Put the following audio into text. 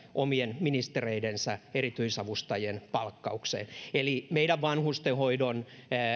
omien ministereidensä erityisavustajien palkkaukseen eli meidän vanhustenhoidon